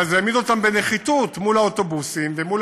אבל זה העמיד אותם בנחיתות מול האוטובוסים ומול